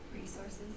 Resources